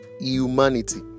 humanity